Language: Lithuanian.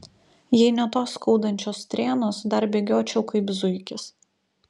jei ne tos skaudančios strėnos dar bėgiočiau kaip zuikis